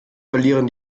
verlieren